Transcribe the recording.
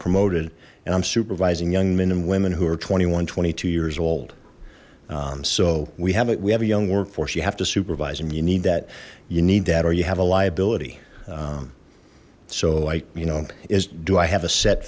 promoted and i'm supervising young men and women who are twenty one twenty two years old so we have it we have a young workforce you have to supervise him you need that you need that or you have a liability so like you know is do i have a set